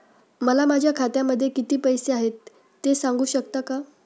मला माझ्या खात्यामध्ये किती पैसे आहेत ते सांगू शकता का?